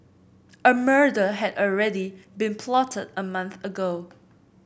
a murder had already been plotted a month ago